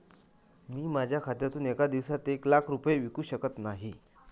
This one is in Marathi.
मी माझ्या खात्यातून एका दिवसात एक लाख रुपये विकू शकत नाही